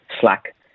Slack